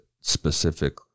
specific